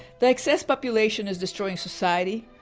the excess population is destroying society,